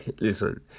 listen